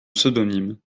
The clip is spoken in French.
pseudonyme